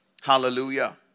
Hallelujah